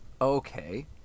Okay